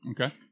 Okay